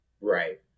right